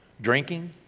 drinking